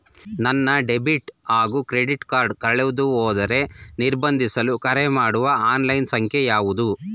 ನನ್ನ ಡೆಬಿಟ್ ಹಾಗೂ credit card ಕಳೆದುಹೋದರೆ ನಿರ್ಬಂಧಿಸಲು ಕರೆಮಾಡುವ ಆನ್ಲೈನ್ ಸಂಖ್ಯೆಯಾವುದು?